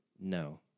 No